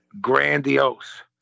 grandiose